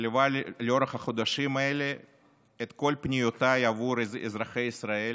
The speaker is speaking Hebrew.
שליווה לאורך החודשים האלה את כל פניותיי עבור אזרחי ישראל